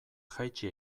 jaitsi